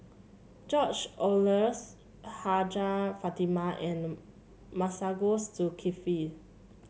George Oehlers Hajjah Fatimah and Masagos Zulkifli